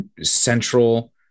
central